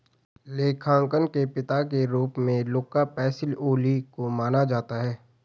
लेखांकन के पिता के रूप में लुका पैसिओली को माना जाता है